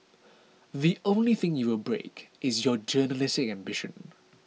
the only thing you will break is your journalistic ambition